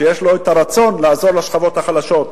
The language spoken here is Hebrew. שיש לו הרצון לעזור לשכבות החלשות,